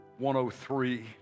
103